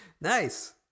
Nice